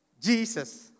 Jesus